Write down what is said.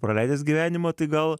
praleidęs gyvenimą tai gal